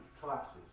collapses